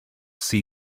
see